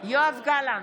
בהצבעה יואב גלנט,